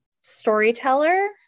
storyteller